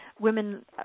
women